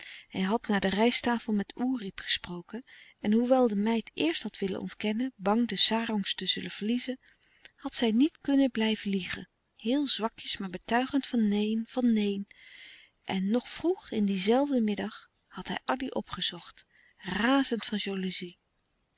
hij had na de rijsttafel met oerip gesproken en hoewel de meid eerst had willen ontkennen bang de sarongs te zullen verliezen had zij niet kunnen blijven liegen heel zwakjes maar betuigend van neen van neen en nog vroeg in dien zelfden middag had hij addy opgezocht razend van